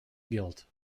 guilt